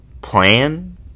plan